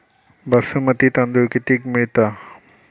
बासमती तांदूळ कितीक मिळता?